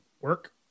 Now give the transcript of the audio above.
work